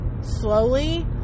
slowly